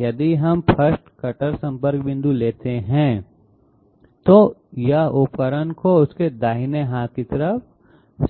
यदि हम 1सेंट कटर संपर्क बिंदु लेते हैं तो यह उपकरण को उसके दाहिने हाथ की तरफ